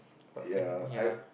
ya I